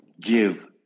give